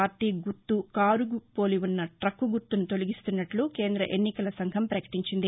party గుర్తు కారును పోలి ఉన్న ట్రక్కుగుర్తును తొలగిస్తున్నట్లు కేంద్ర ఎన్నికల సంఘం పకటించింది